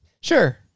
Sure